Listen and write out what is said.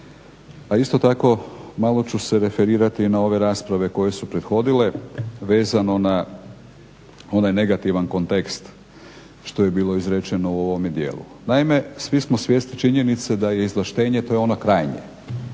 a isto tako malo ću se referirati na ove rasprave koje su prethodile vezano na onaj negativan kontekst što je bilo izrečeno u ovome djelu. Naime, svi smo svjesni činjenice da je izvlaštenje, to je ono krajnje.